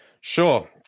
sure